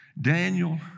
Daniel